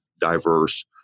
diverse